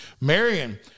Marion